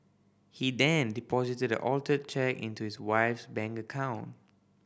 he then deposited the altered cheque into his wife's bank account